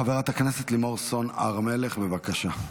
חברת הכנסת לימור סון הר מלך, בבקשה.